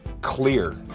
clear